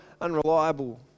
unreliable